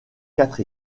quatre